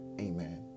Amen